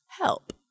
Help